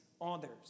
others